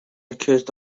accused